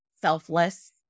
Selfless